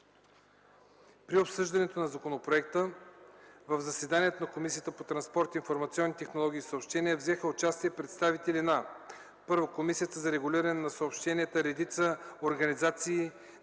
При обсъждането на законопроекта в заседанието на Комисията по транспорт, информационни технологии и съобщения взеха участие представители на: Комисията за регулиране на съобщенията; редица организации